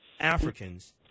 Africans